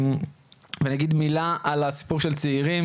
ואני אגיד מילה על הסיפור של צעירים,